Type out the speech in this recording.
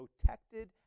protected